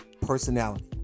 personality